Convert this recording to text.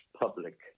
public